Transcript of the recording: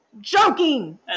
joking